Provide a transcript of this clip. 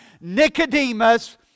Nicodemus